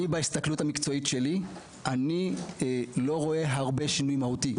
בהסתכלות המקצועית שלי איני רואה שינוי מהותי.